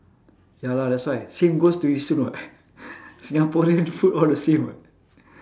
ya lah that's why same goes to yishun [what] singaporean food all the same [what]